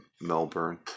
Melbourne